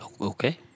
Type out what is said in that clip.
Okay